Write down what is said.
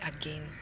again